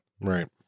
Right